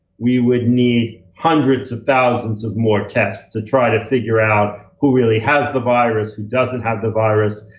we would need hundreds of thousands of more tests to try to figure out who really has the virus, who doesn't have the virus.